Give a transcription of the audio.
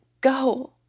go